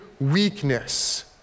weakness